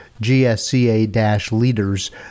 gsca-leaders